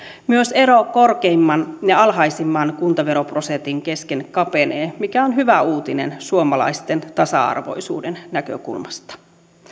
myös ero korkeimman ja alhaisimman kuntaveroprosentin kesken kapenee mikä on hyvä uutinen suomalaisten tasa arvoisuuden näkökulmasta